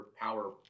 power